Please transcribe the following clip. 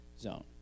zone